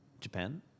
Japan